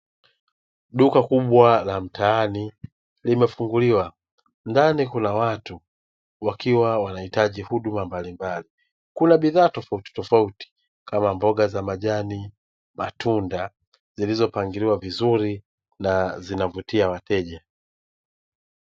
Duka kubwa la mtaani limefunguliwa. Ndani kuna watu wakiwa wanahitaji huduma mbalimbali. Kuna bidhaa tofauti tofauti kama mboga za majani, matunda, zilizopangiliwa vizuri na zinavutia wateja.